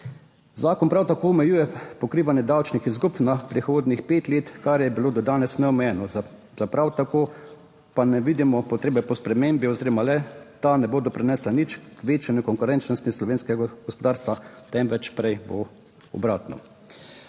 Zakon prav tako omejuje pokrivanje davčnih izgub na prihodnjih 5 let, kar je bilo do danes neomejeno, prav tako pa ne vidimo potrebe po spremembi oziroma le-ta ne bo doprinesla nič k večanju konkurenčnosti slovenskega gospodarstva temveč prej bo obratno.